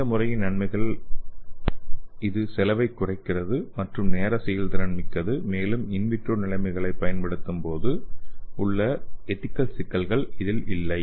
இந்த முறையின் நன்மைகள் யாவன இது செலவு குறைக்கிறது மற்றும் நேர செயல்திறன் மிக்கது மேலும் இன் விட்ரோ நிலைமைகளைப் பயன்படுத்தும் போது உள்ள எதிகல் சிக்கல்கள் இல்லை